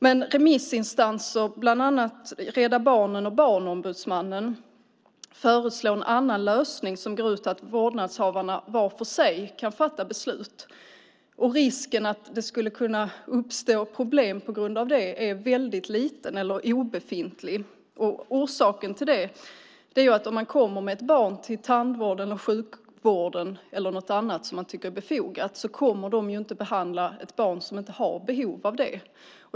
Remissinstanser, bland andra Rädda Barnen och Barnombudsmannen, föreslår en annan lösning, och den går ut på att vårdnadshavarna var för sig kan fatta beslut. Risken att det skulle kunna uppstå problem på grund av det är väldigt liten eller obefintlig. Orsaken till det är att om man kommer med ett barn till tandvården, sjukvården eller något annat som man tycker är befogat kommer de inte att behandla ett barn som inte har behov av det.